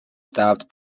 stopped